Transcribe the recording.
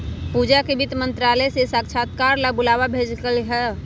पूजा के वित्त मंत्रालय से साक्षात्कार ला बुलावा भेजल कई हल